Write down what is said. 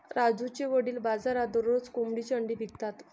राजूचे वडील बाजारात दररोज कोंबडीची अंडी विकतात